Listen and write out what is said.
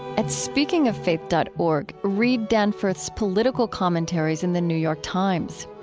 at speakingoffaith dot org, read danforth's political commentaries in the new york times,